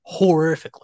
Horrifically